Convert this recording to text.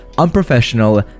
unprofessional